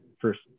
first